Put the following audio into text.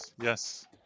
Yes